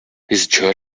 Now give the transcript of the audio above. his